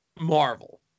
Marvel